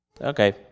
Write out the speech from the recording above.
Okay